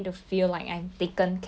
orh ya lah true